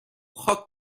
خاک